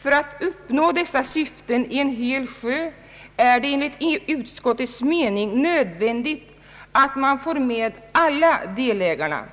För att uppnå dessa syften i en hel sjö är det enligt utskottets mening nödvändigt att få med alla delägarna.